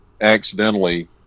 accidentally